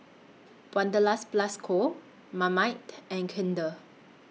Wanderlust Plus Co Marmite and Kinder